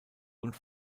und